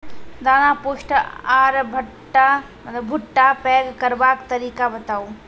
दाना पुष्ट आर भूट्टा पैग करबाक तरीका बताऊ?